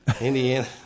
Indiana